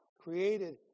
Created